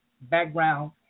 background